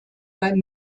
beim